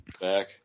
back